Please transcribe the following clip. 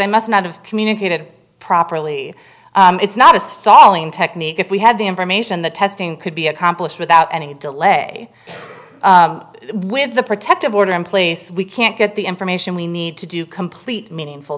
i must not have communicated properly it's not a stalling technique if we had the information the testing could be accomplished without any delay with the protective order in place we can't get the information we need to do complete meaningful